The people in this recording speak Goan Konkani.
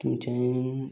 तुमचें जाता जाल्यार